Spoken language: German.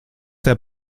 der